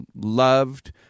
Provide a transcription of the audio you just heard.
loved